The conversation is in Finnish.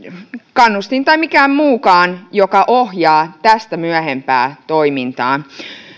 kannustin tai mikään mukaan joka ohjaa tästä myöhäisempää toimintaa